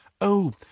Oh